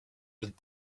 did